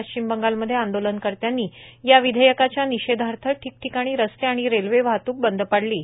पश्चिम बंगालमध्ये आंदोलनकर्त्यांनी या विधेयकाच्या निषेधार्थ ठिकठिकाणी रस्ते आणि रेल्वे वाहतुक बंद पाडली आहे